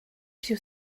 two